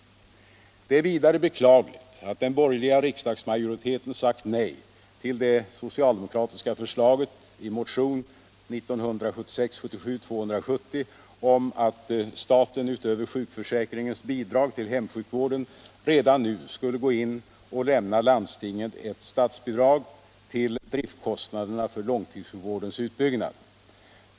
Det är vidare beklagligt att den borgerliga riksdagsmajoriteten sagt nej till det socialdemokratiska förslaget i motion 1976/77:270 om att staten utöver sjukförsäkringens bidrag till hemsjukvården redan nu skulle gå in och lämna landstingen ett statsbidrag till driftkostnaderna för långtidssjukvårdens utbyggnad.